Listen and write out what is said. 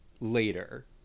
later